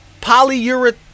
polyurethane